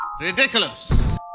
Ridiculous